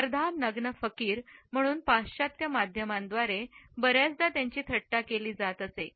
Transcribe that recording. अर्ध्या नग्न फकीर म्हणून पाश्चात्य माध्यमांद्वारे बर्याचदा त्यांची थट्टा केली जात असे